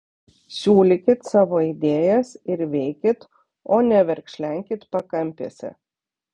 siūlykit savo idėjas ir veikit o ne verkšlenkit pakampėse